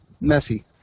messy